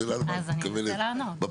השאלה למה את מתכוונת בפרקטיקה.